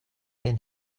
been